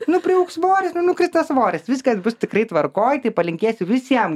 nu priaugs svoris nu nukris tas svoris viskas bus tikrai tvarkoj palinkėsiu visiem